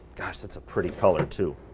gosh, that's a pretty color too.